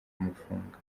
kumufunga